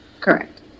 Correct